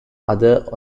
other